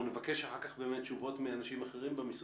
אנחנו נבקש אחר כך באמת תשובות מאנשים אחרים במשרד.